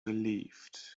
relieved